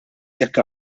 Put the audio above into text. jekk